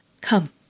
Come